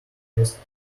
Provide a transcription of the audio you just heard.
oversized